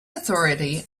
authority